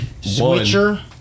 Switcher